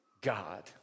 God